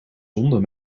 zonder